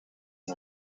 and